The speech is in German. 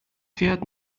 fährt